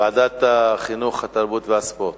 ועדת החינוך, התרבות והספורט.